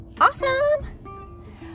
Awesome